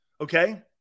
okay